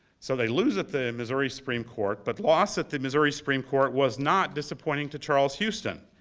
so they lose at the missouri supreme court, but loss at the missouri supreme court was not disappointing to charles houston.